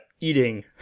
eating